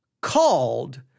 called